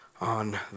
on